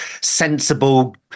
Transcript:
sensible